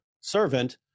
servant